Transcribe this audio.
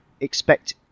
expect